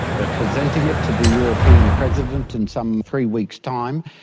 where presenting it to the european president in some three weeks time.